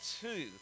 two